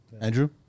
andrew